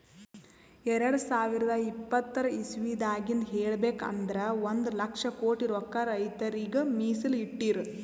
ಎರಡ ಸಾವಿರದ್ ಇಪ್ಪತರ್ ಇಸವಿದಾಗಿಂದ್ ಹೇಳ್ಬೇಕ್ ಅಂದ್ರ ಒಂದ್ ಲಕ್ಷ ಕೋಟಿ ರೊಕ್ಕಾ ರೈತರಿಗ್ ಮೀಸಲ್ ಇಟ್ಟಿರ್